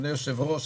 אדוני היושב-ראש,